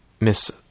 Miss